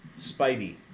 Spidey